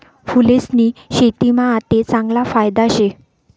फूलेस्नी शेतीमा आते चांगला फायदा शे